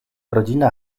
rodzina